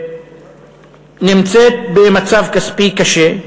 נמצאת במצב כספי קשה.